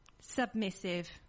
submissive